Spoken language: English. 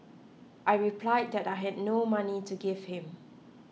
I replied that I had no money to give him